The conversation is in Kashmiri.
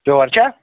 پیور چھا